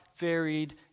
Varied